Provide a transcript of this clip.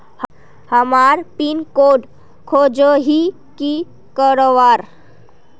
हमार pin code खोजोही की करवार?